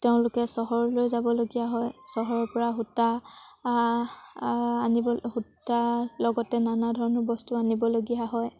তেওঁলোকে চহৰলৈ যাবলগীয়া হয় চহৰৰপৰা সূতা আনিব সূতাৰ লগতে নানা ধৰণৰ বস্তু আনিবলগীয়া হয়